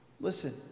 listen